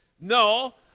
No